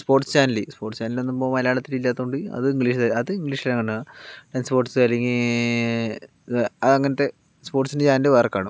sports channel sports channel നമുക്ക് ഇപ്പോൾ മലയാളത്തിൽ ഇല്ലാത്തതു കൊണ്ട് അത് ഇംഗ്ലീഷിൽ അത് ഇംഗ്ലീഷിലാ കാണുക സ്പോർട്സ് അല്ലെങ്കിൽ ആ അങ്ങനത്തെ സ്പോർട്സിൻ്റെ ചാനൽ വേറെ കാണും